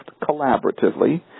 collaboratively